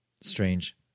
strange